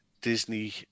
Disney